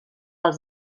als